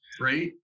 right